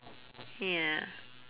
ya